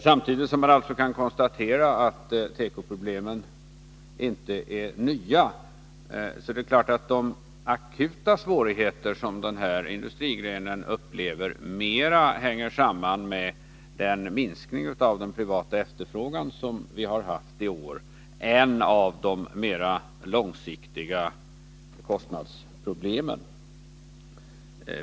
Samtidigt som man alltså kan konstatera att tekoproblemen inte är nya, är det klart att de akuta svårigheter som den här industrigrenen upplever mera hänger samman med den minskning av den privata efterfrågan som vi har haft i år än med de mera långsiktiga kostnadsproblemen.